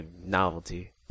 novelty